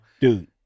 Dude